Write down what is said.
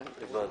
הבנתי.